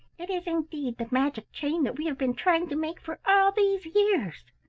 it is indeed the magic chain that we have been trying to make for all these years.